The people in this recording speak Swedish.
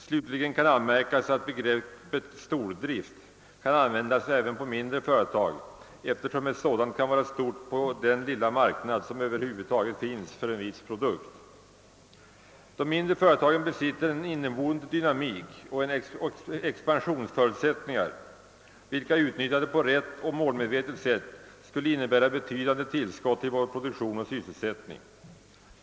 Slutligen kan anmärkas att begreppet stordrift kan användas även på mindre företag, eftersom ett sådant kan vara stort på den lilla marknad som över huvud taget finns för en viss produkt. De mindre företagen besitter en inneboende dynamik och stora expansionsförutsättningar, vilka utnyttjade på rätt och målmedvetet sätt skulle innebära betydande tillskott i vår produktion och sysselsättning.